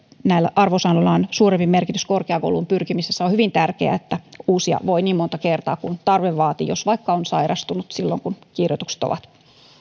arvosanoilla on suurempi merkitys korkeakouluun pyrkimisessä on hyvin tärkeää että uusia voi niin monta kertaa kuin tarve vaatii jos vaikka on sairastunut silloin kun kirjoitukset ovat